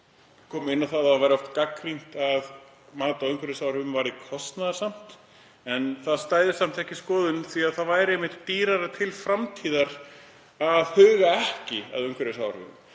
komu inn á að oft væri gagnrýnt að mat á umhverfisáhrifum væri kostnaðarsamt en það stæðist samt ekki skoðun því að það væri einmitt dýrara til framtíðar að huga ekki að umhverfisáhrifum